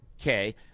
okay